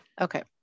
Okay